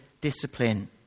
discipline